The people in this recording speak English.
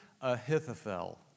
Ahithophel